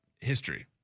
history